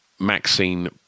Maxine